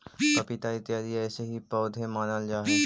पपीता इत्यादि ऐसे ही पौधे मानल जा हई